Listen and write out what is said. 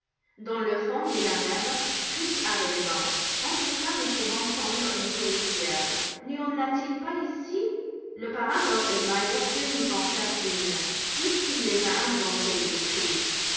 dans le fond dit la mère fritz a raison en tout cas nous pouvons tendre une souricière n'y en a-t-il pas ici le parrain drosselmeier peut nous en faire une puisqu'il les a inventées dit fritz